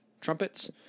trumpets